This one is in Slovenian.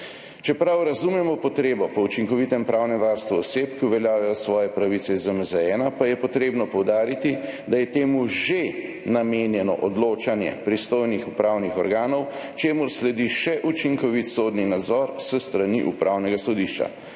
Čeprav razumemo potrebo po učinkovitem pravnem varstvu oseb, ki uveljavljajo svoje pravice iz ZMZ-1, pa je potrebno poudariti, da je temu že namenjeno odločanje pristojnih upravnih organov, čemur sledi še učinkovit sodni nadzor s strani Upravnega sodišča.